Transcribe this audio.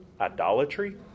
idolatry